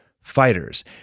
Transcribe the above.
fighters